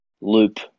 loop